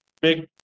Big